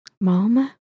Mama